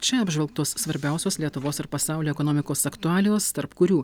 čia apžvelgtos svarbiausios lietuvos ir pasaulio ekonomikos aktualijos tarp kurių